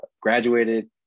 graduated